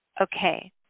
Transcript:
Okay